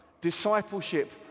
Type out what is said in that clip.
Discipleship